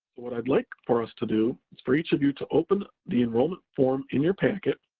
what i'd like for us to do, is for each of you to open the enrollment form in your packet,